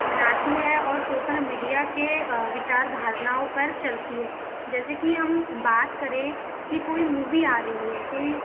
अपनाती है और सोसल मीडिया के विचार धारनाओं पर चलती हैं जैसे कि हम बात करें कि कोई मूवी आ रही है कोई